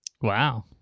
Wow